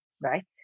right